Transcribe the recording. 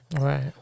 Right